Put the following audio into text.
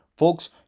Folks